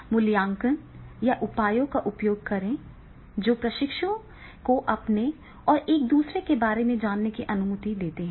मूल्यांकन या उपायों का उपयोग करें जो प्रशिक्षुओं को अपने और एक दूसरे के बारे में जानने की अनुमति देते हैं